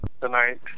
tonight